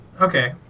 Okay